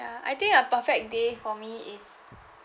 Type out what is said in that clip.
ya I think a perfect day for me is